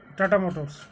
Tata Motors